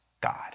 God